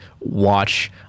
watch